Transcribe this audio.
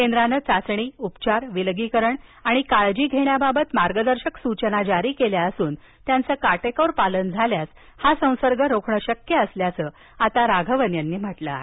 केंद्रानं चाचणीउपचारविलगीकरण आणि काळजी घेण्याबाबत मार्गदर्शक सूचना जारी केल्या असून त्यांचं काटेकोर पालन झाल्यास संसर्ग रोखणं शक्य असल्याचं त्यांनी म्हटलं आहे